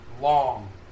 long